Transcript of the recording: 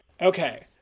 Okay